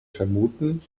vermuten